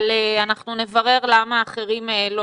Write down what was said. אנחנו נברר למה גם אחרים לא